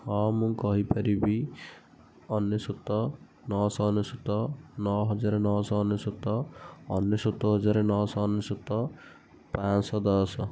ହଁ ମୁଁ କହିପାରିବି ଅନେଶତ ନଅ ଶହ ଅନେଶତ ନଅ ହଜାର ନଅ ଶହ ଅନେଶତ ଅନେଶତ ହଜାର ନଅ ଶହ ଅନେଶତ ପାଞ୍ଚ ଶହ ଦଶ